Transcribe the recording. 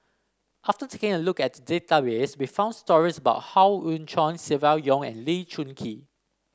after taking a look at the database we found stories about Howe Yoon Chong Silvia Yong and Lee Choon Kee